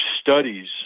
studies